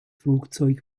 flugzeug